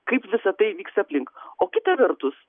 kaip visa tai vyksta aplink o kita vertus